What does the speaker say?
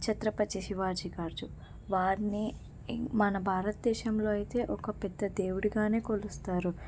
ఛత్రపతి శివాజీ గారు వారిని ఈ మన భారతదేశంలో అయితే ఒక పెద్ద దేవుడిగానే కొలుస్తారు